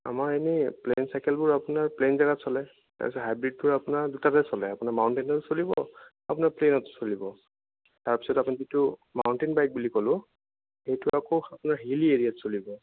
আমাৰ এনেই প্লেইন চাইকেলবোৰ আপোনাৰ প্লেইন জাগাত চলে তাৰ পিছত হাইব্ৰীডবোৰ আপোনাৰ দুটাতে চলে আপোনাৰ মাউণ্টেনতো চলিব আপোনাৰ প্লেইনতো চলিব তাৰ পিছত আপুনি যিটো মাউণ্টেইন বাইক বুলি ক'লো সেইটো আকৌ আপোনাৰ হিলী এৰিয়াত চলিব